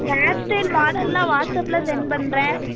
hair style மாடல்லாம் வாட்ஸப்பில் sent பண்ணுறேன்